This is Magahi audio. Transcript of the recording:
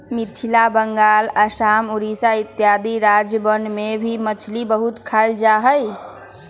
मिथिला बंगाल आसाम उड़ीसा इत्यादि राज्यवन में भी मछली बहुत खाल जाहई